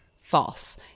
False